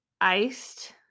iced